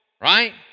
Right